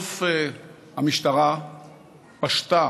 סוף-סוף המשטרה פשטה